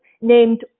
named